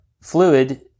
fluid